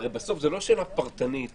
הרי בסוף זו לא שאלה פרטנית.